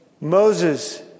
Moses